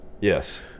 Yes